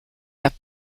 have